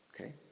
okay